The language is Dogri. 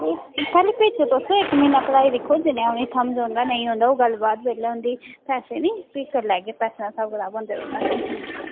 एह् पैह्ले भेज्जो तुस इक म्हीना पढ़ाई दिक्खो जि'नेंआ उ'नें गी समझ औंदा नेईं औंदा ओह् गल्ल बाद बेल्लै होंदी पैसें दी प्ही करी लैह्गे पैसें दा स्हाब कताब होंदे रौंह्दा टैंशन निं लाओ तुस